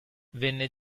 venne